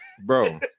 bro